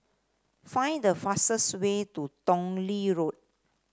find the fastest way to Tong Lee Road